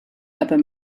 aber